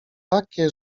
takie